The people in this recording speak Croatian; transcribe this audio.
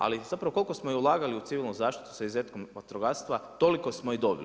Ali zapravo koliko smo i ulagali u civilnu zaštitu sa izuzetkom vatrogastva, toliko smo i dobili.